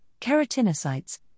keratinocytes